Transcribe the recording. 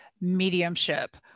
mediumship